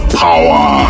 power